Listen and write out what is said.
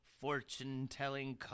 fortune-telling